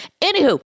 Anywho